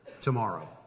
tomorrow